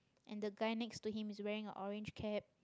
and the guy next to him is wearing a orange cap